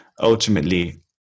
ultimately